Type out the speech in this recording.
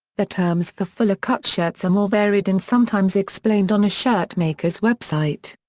the terms for fuller cut shirts are more varied and sometimes explained on a shirt maker's website.